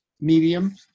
medium